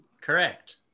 Correct